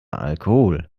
alkohol